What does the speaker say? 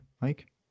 Mike